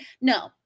No